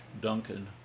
Duncan